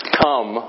come